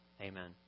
Amen